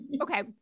Okay